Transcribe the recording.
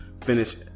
finish